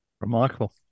Remarkable